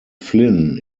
flynn